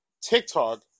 TikTok